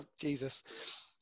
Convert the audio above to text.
Jesus